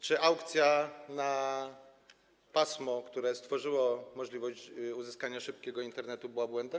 Czy aukcja na pasmo, które stworzyło możliwość uzyskania szybkiego Internetu, była błędem?